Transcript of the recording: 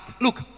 Look